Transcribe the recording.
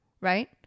right